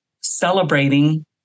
celebrating